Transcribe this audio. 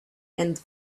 and